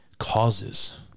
causes